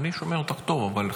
אני שומע אותך טוב אבל,